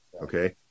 Okay